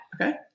Okay